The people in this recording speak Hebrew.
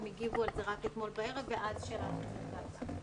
הם הגיבו על זה רק אתמול בערב ואז שלחנו את ההצעה.